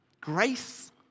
Grace